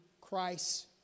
Christ